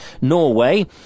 Norway